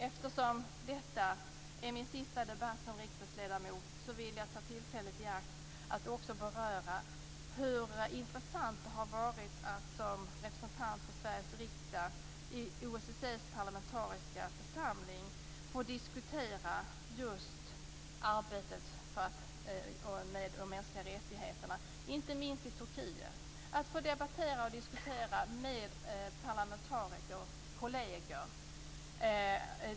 Eftersom detta är min sista debatt som riksdagsledamot vill jag ta tillfället i akt att också beröra hur intressant det har varit att som representant för Sveriges riksdag i OSSE:s parlamentariska församling få diskutera just arbetet med de mänskliga rättigheterna, inte minst i Turkiet. Det har varit intressant att få debattera och diskutera med parlamentariker, kolleger.